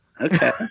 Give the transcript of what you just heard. okay